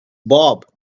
bob